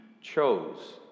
chose